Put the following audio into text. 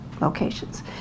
locations